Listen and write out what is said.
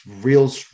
real